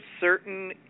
certain